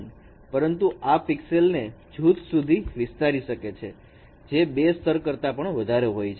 પરંતુ આ પિક્સેલ ને જૂથ સુધી વિસ્તારી શકે છે જે બે સ્તર કરતાં પણ વધારે હોઈ છે